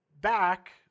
back